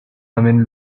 amène